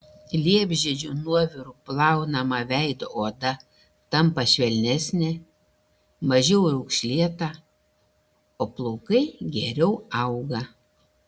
liepžiedžių nuoviru plaunama veido oda tampa švelnesnė mažiau raukšlėta o plaukai geriau auga